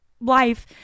life